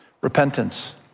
Repentance